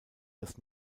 das